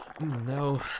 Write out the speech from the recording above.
No